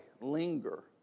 linger